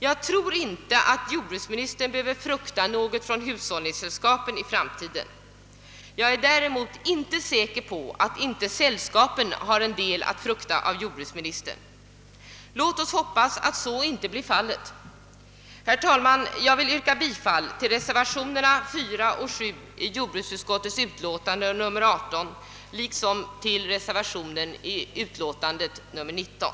Jag tror inte att jordbruksministern behöver frukta något från hushållningsällskapen i framtiden, men däremot är jag inte säker på att inte hushållningsällskapen har en del att frukta av jordbruksministern. Låt oss hoppas att så inte blir fallet! Herr talman! Jag vill yrka bifall till reservationerna 4 och 7 i jordbruksutskottets utlåtande nr 18, liksom till reservationen i utlåtandet nr 19.